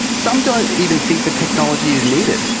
some don't even think the technology is needed.